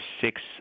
six